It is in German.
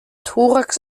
thorax